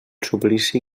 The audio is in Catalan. suplici